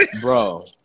Bro